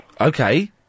Okay